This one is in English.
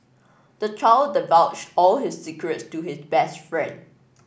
the child divulged all his secrets to his best friend